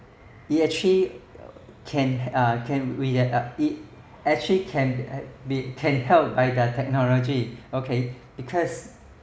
it actually can uh can we uh it actually can uh be can helped by the technology okay because